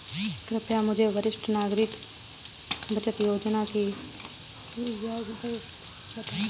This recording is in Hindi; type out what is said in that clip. कृपया मुझे वरिष्ठ नागरिक बचत योजना की ब्याज दर बताएं